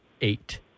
eight